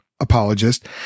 apologist